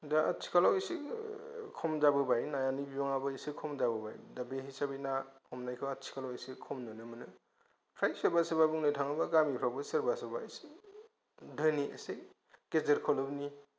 दा आथिखालाव एसे खम जाबोबाय नानि बिबाङाबो एसे खम जाबोबाय दा बे हिसाबै ना हमनायखौ आथिखालाव एसे खम नुनो मोनो फ्राय सोरबा सोरबा बुंनो थाङोबा गामिफ्रावबो सोरबा सोरबा एसे धोनि एसे गेजेर खलबनि